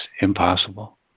impossible